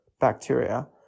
bacteria